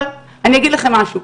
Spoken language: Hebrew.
אבל אני אגיד לכם משהו,